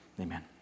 Amen